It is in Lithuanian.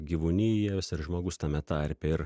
gyvūnijos ir žmogus tame tarpe ir